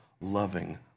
loving